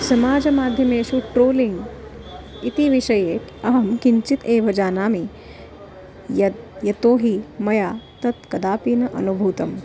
समाजमाध्यमेषु ट्रोलिङ्ग् इति विषये अहं किञ्चित् एव जानामि यत् यतो हि मया तत् कदापि न अनुभूतं